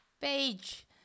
page